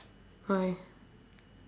why